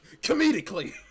Comedically